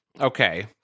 Okay